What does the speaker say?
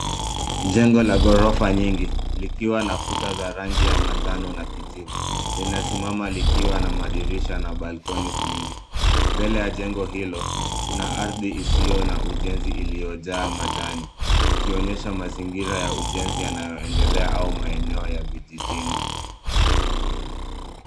Jengo la ghorofa nyingi likiwa na kuta zenye rangi ya kijani na kijivu. Linasimama likiwa na madirisha na roshani nyingi. Mbele ya jengo hilo kuna ardhi isiyo na ujenzi iliyojaa majani, ikionyesha mazingira ya ujenzi yanayoendelea au maeneo ya vijijini.